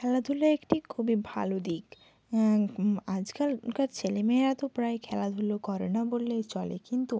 খেলাধুলো একটি খুবই ভালো দিক আজকালকার ছেলেমেয়েরা তো প্রায় খেলাধুলো করে না বললেই চলে কিন্তু